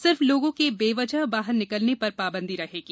सिर्फ लोगों के बेवजह बाहर निकलने पर पाबंदी रहेगी